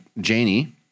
Janie